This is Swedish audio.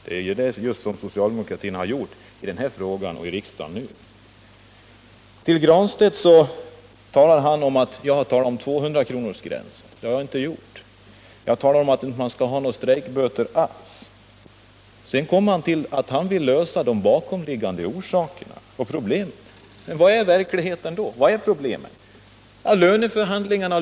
Så har socialdemo Nr 38 kraterna inte gjort i denna fråga i riksdagen. Onsdagen den Pär Granstedt sade att jag har talat om en 200-kronorsgräns. Det har jag inte 22 november 1978 gjort. Jag har förklarat att man inte skall ha några strejkböter alls. Sedan påstod han att han ville lösa de bakomliggande problemen. Hur är då verkligheten beskaffad?